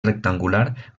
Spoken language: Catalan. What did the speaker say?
rectangular